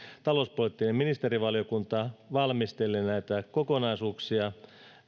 talouspoliittinen ministerivaliokunta valmistelee näitä kokonaisuuksia